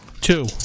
Two